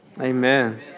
Amen